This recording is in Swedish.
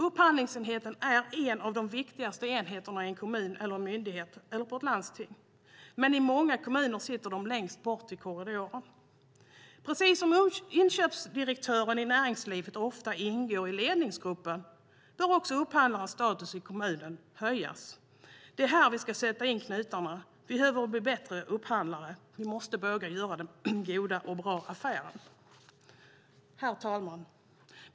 Upphandlingsenheten är en av de viktigaste enheterna i en kommun, myndighet eller i ett landsting. Men i många kommuner sitter de längst bort i korridoren. Precis som inköpsdirektören i näringslivet ofta ingår i ledningsgruppen bör också upphandlarens status i kommunen höjas. Det är här vi ska sätta till alla klutar. Vi behöver bli bättre upphandlare. Vi måste våga göra den goda och bra affären. Herr talman!